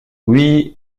oui